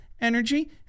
energy